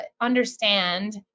understand